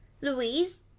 Louise